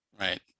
Right